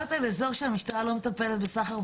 את מדברת על אזור שהמשטרה לא מטפלת בסחר בסמים?